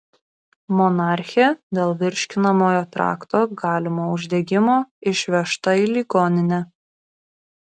monarchė dėl virškinamojo trakto galimo uždegimo išvežta į ligoninę